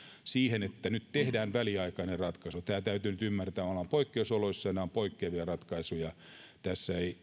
siihen että nyt tehdään väliaikainen ratkaisu tämä täytyy nyt ymmärtää ollaan poikkeusoloissa ja nämä ovat poikkeavia ratkaisuja tässä ei